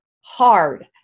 hard